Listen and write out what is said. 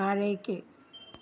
താഴേക്ക്